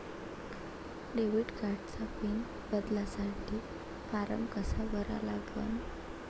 Debit कार्डचा pin बदलासाठी form कसा भरा लागन?